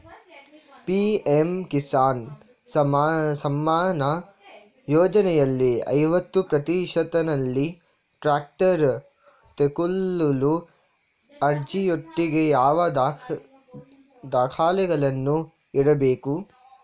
PM Kisan Samman ಯೋಜನೆಯಲ್ಲಿ ಐವತ್ತು ಪ್ರತಿಶತನಲ್ಲಿ ಟ್ರ್ಯಾಕ್ಟರ್ ತೆಕೊಳ್ಳಲು ಅರ್ಜಿಯೊಟ್ಟಿಗೆ ಯಾವ ದಾಖಲೆಗಳನ್ನು ಇಡ್ಬೇಕು?